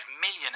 million